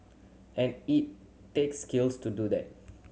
and it takes skills to do that